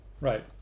Right